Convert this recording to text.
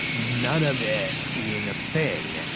none of it being a thing.